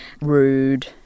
rude